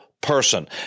Person